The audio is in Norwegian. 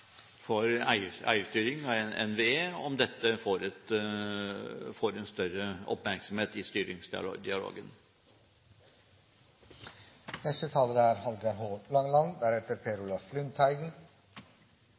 for eierstyring av NVE om dette får en større oppmerksomhet i